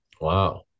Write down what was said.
Wow